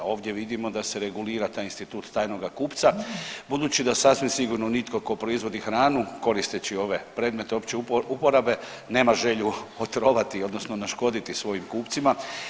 Ovdje vidimo da se regulira taj institut tajnoga kupca budući da sasvim sigurno nitko tko proizvodi hranu koristeći ove predmete opće uporabe nema želju otrovati odnosno naškoditi svojim kupcima.